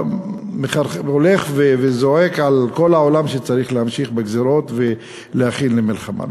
והולך וזועק לכל העולם שצריך להמשיך בגזירות ולהכין מלחמה.